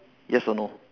yes or no